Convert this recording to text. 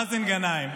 מאזן גנאים,